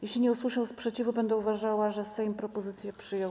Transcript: Jeśli nie usłyszę sprzeciwu, będę uważała, że Sejm propozycję przyjął.